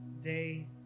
day